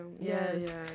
Yes